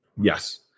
Yes